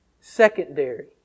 secondary